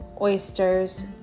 oysters